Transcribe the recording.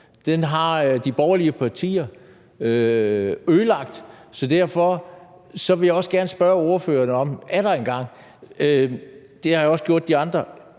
Den har de borgerlige partier ødelagt. Derfor vil jeg også gerne spørge ordføreren atter en gang – det har jeg også gjort til de andre: